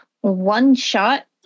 one-shot